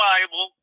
Bible